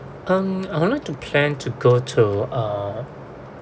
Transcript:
um I would like to plan to go to uh